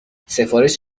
سفارش